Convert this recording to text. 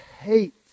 hate